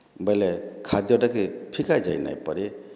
ବେଲେ ଖାଦ୍ୟ ଟାକେ ଫିକା ଯାଇ ନାଇ ପାରେ